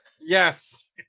Yes